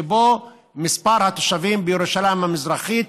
שבו מספר התושבים בירושלים המזרחית,